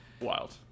wild